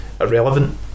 irrelevant